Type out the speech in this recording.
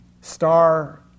star